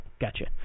gotcha